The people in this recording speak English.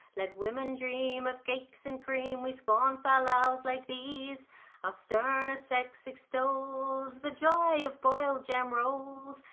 let women dream of cakes and cream, we scorn fal-lals like these our sterner sex extols the joy of boiled jam rolls.